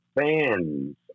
fans